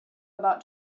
about